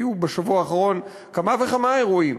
היו בשבוע האחרון כמה וכמה אירועים.